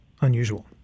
unusual